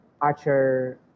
Archer